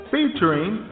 Featuring